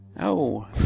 No